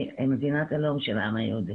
וממדינת הלאום של העם היהודי.